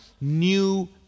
new